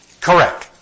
Correct